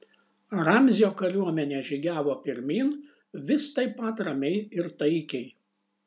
ramzio kariuomenė žygiavo pirmyn vis taip pat ramiai ir taikiai